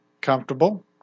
Comfortable